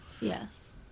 Yes